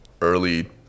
early